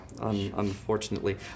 unfortunately